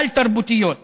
כלל-תרבותיות,